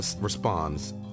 responds